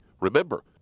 Remember